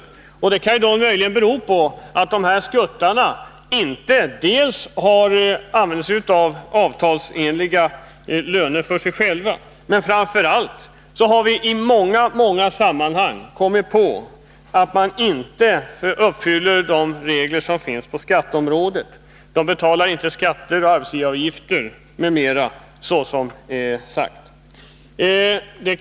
Anledningen kan då möjligen vara att skuttarna dels inte har tillämpat avtalsenliga löner, dels att de — det har vi i många fall kunnat konstatera—inte följt de regler som gäller på skatteområdet. De betalar inte skatter och arbetsgivaravgifter m.m., så som är föreskrivet.